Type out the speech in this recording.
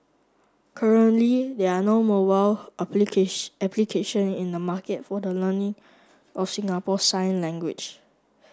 currently there are no mobile application in the market for the learning of Singapore sign language